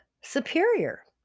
superior